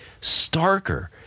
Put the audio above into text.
starker